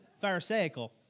Pharisaical